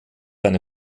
eine